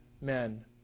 men